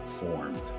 Formed